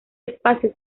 espacio